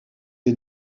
est